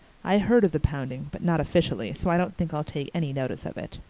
i heard of the pounding, but not officially, so i don't think i'll take any notice of it.